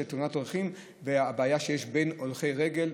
תאונות דרכים והבעיה שיש בין הולכי רגל,